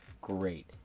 great